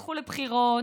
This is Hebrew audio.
תלכו לבחירות,